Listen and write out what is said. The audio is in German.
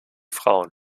frauen